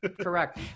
correct